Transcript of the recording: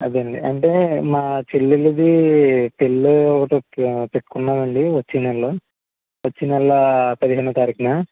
అదేనండి అంటే మా చెల్లెలిది పెళ్ళి పె పెట్టుకున్నామండి వచ్చే నెల్లో వచ్చే నెల్లో పదిహేనో తారీకున